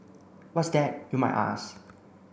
what's that you might ask